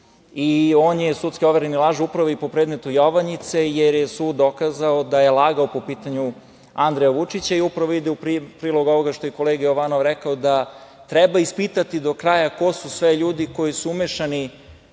i on je sudski overeni lažov pravo i po predmetu „Jovanjice“, jer je sud dokazao da je lagao po pitanju Andreja Vučića i upravo ide u prilog ovoga što je kolega Jovanov rekao da treba ispitati do kraja ko su sve ljudi koji su umešani